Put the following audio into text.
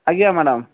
ଆଜ୍ଞା ମ୍ୟାଡ଼ମ୍